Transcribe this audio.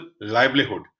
livelihood